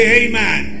amen